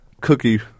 Cookie